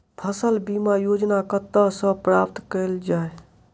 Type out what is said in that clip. फसल बीमा योजना कतह सऽ प्राप्त कैल जाए?